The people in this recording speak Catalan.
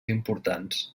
importants